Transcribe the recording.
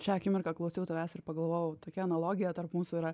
šią akimirką klausiau tavęs ir pagalvojau tokia analogija tarp mūsų yra